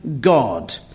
God